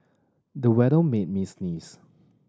the weather made me sneeze